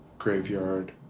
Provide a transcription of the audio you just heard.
graveyard